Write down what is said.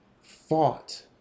fought